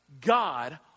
God